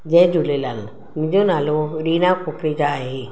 जय झूलेलाल मुंहिंजो नालो रीना कुकरेजा आहे